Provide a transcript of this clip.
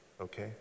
okay